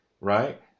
right